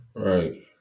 Right